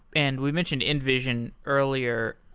and we've mentioned envision earlier.